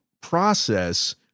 process